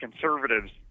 conservatives